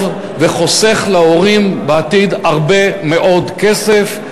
טוב וחוסך להורים בעתיד הרבה מאוד כסף,